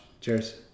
Cheers